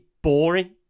Boring